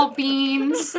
beans